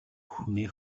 хүнээ